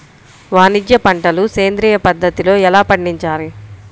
వాణిజ్య పంటలు సేంద్రియ పద్ధతిలో ఎలా పండించాలి?